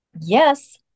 Yes